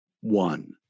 one